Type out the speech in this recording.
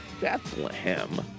Bethlehem